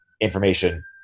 information